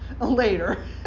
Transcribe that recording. later